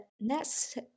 next